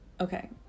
Okay